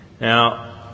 Now